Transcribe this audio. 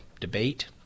debate